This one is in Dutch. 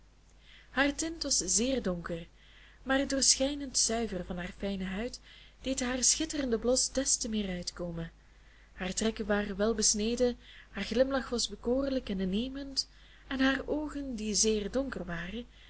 haar tint was zeer donker maar het doorschijnend zuivere van haar fijne huid deed haar schitterenden blos des te meer uitkomen hare trekken waren welbesneden haar glimlach was bekoorlijk en innemend en haar oogen die zeer donker waren